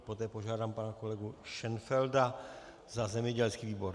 Poté požádám pana kolegu Šenfelda za zemědělský výbor.